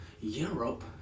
Europe